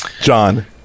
John